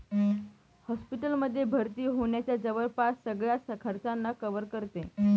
hospital मध्ये भर्ती होण्याच्या जवळपास सगळ्याच खर्चांना कव्हर करते